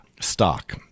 stock